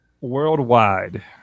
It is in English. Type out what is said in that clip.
worldwide